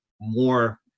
more